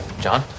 john